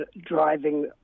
driving